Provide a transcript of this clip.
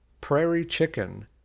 prairie-chicken